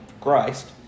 Christ